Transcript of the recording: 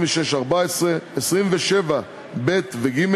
ו-(14), 27(ב) ו-(ג)